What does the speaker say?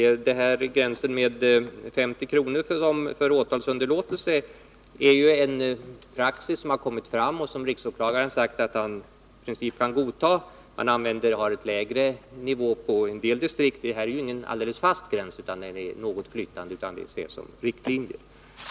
Gränsen 50 kr. för åtalsunderlåtelse grundar sig på en praxis som kommit fram och som riksåklagaren har sagt att han i princip kan godta. Men man har en lägre nivå i en del distrikt. Det här är inte en helt fast gräns, utan den är något flytande och får väl ses som riktmärke.